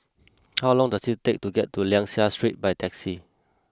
how long does it take to get to Liang Seah Street by taxi